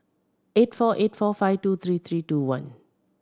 eight four eight four five two three three two one